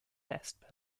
nest